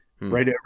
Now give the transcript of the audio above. right